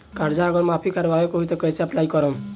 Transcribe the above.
कर्जा अगर माफी करवावे के होई तब कैसे अप्लाई करम?